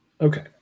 Okay